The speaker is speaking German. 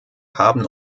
haben